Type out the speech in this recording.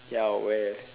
ya where